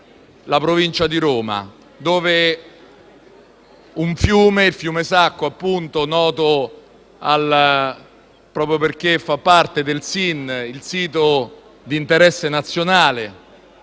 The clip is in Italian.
la provincia di Roma. Un fiume, il fiume Sacco, noto proprio perché fa parte del SIN (Sito di interesse nazionale),